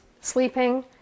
sleeping